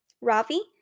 Ravi